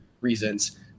reasons